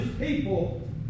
people